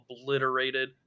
obliterated